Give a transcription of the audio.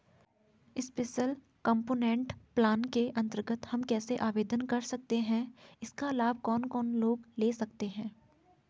Special component plan के अन्तर्गत हम कैसे आवेदन कर सकते हैं इसका लाभ कौन कौन लोग ले सकते हैं?